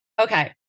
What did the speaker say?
Okay